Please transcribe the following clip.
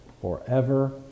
forever